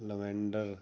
lavender